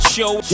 Show